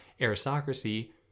aristocracy